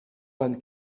one